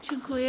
Dziękuję.